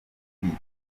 kwica